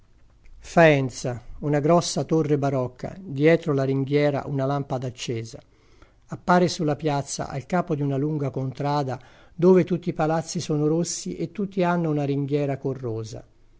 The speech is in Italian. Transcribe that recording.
faenza una grossa torre barocca dietro la ringhiera una lampada accesa appare sulla piazza al capo di una lunga contrada dove tutti i palazzi sono rossi e tutti hanno una ringhiera corrosa